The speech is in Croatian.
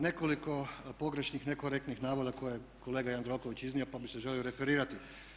nekoliko pogrešnih, nekorektnih navoda koje je kolega Jandroković iznio, pa bih se želio referirati.